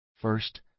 First